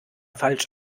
falsch